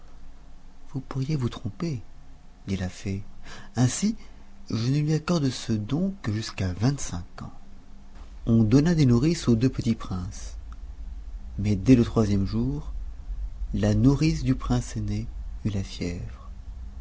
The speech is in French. vous pourriez vous tromper dit la fée ainsi je ne lui accorde ce don que jusqu'à vingt-cinq ans on donna des nourrices aux deux petits princes mais dès le troisième jour la nourrice du prince aîné eut la fièvre